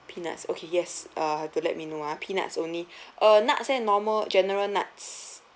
peanuts okay yes uh to let me know ah peanuts only uh nuts leh normal general nuts